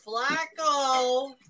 Flacco